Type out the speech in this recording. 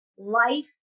Life